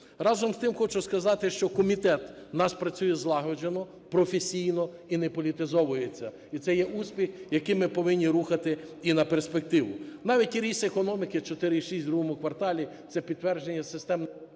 Разом з тим хочу сказати, що комітет в нас працює злагоджено, професійно і не політизовується. І це є успіх, який ми повинні рухати і на перспективу. Навіть і ріст економіки в ІІ кварталі – це підтвердження… ГОЛОВУЮЧИЙ.